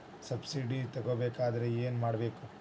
Subsidy ತಗೊಬೇಕಾದರೆ ಏನು ಮಾಡಬೇಕು?